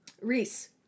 Reese